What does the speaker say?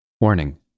Warning